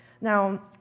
Now